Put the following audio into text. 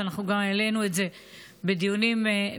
ואנחנו גם העלינו את זה בדיונים בוועדות.